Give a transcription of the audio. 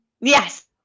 Yes